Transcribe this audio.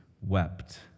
wept